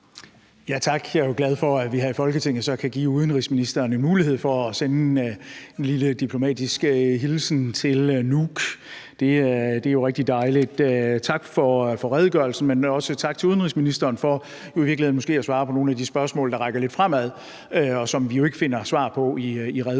Tak. Jeg er jo glad for, at vi her i Folketinget så kan give udenrigsministeren en mulighed for at sende en lille diplomatisk hilsen til Nuuk. Det er jo rigtig dejligt. Tak for redegørelsen, men også tak til udenrigsministeren for i virkeligheden måske at svare på nogle af de spørgsmål, der rækker lidt fremad, og som vi jo ikke finder svar på i redegørelsen.